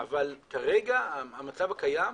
אבל כרגע, במצב הקיים,